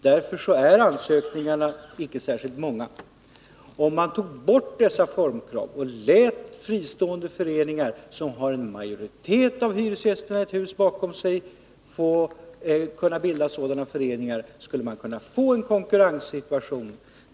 Därför är ansökningarna icke särskilt många. Om man tog bort dessa formkrav och lät fristående föreningar, som har en majoritet av hyresgästerna i ett hus bakom sig, bilda sådana föreningar, skulle man kunna få en konkurrenssituation.